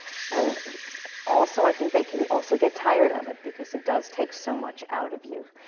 and also, i think they can also get tired of it, because it does take so much out of you.